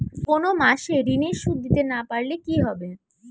কোন মাস এ ঋণের সুধ দিতে না পারলে কি হবে?